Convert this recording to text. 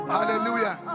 Hallelujah